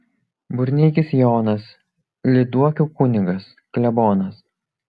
burneikis jonas lyduokių kunigas klebonas